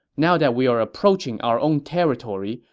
now that we are approaching our own territory,